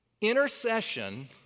Intercession